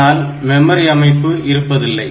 ஆனால் மெமரி அமைப்பு இருப்பதில்லை